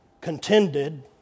contended